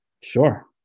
Sure